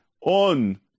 on